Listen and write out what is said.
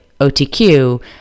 OTQ